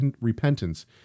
Repentance